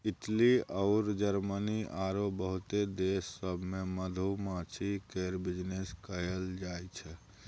Italy अउर Germany आरो बहुते देश सब मे मधुमाछी केर बिजनेस कएल जाइ छै